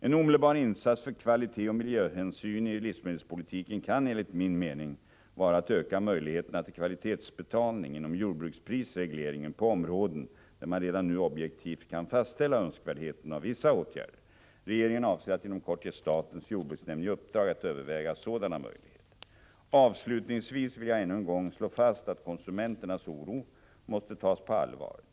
En omedelbar insats för kvalitet och miljöhänsyn i livsmedelspolitiken kan enligt min mening vara att öka möjligheterna till kvalitetsbetalning inom jordbruksprisregleringen på områden där man redan nu objektivt kan fastställa önskvärdheten av vissa åtgärder. Regeringen avser att inom kort ge statens jordbruksnämnd i uppdrag att överväga sådana möjligheter. Avslutningsvis vill jag ännu en gång slå fast att konsumenternas oro måste tas på allvar.